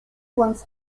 wants